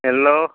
hello